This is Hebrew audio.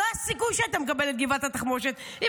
לא היה סיכוי שהיית מקבל את גבעת התחמושת אם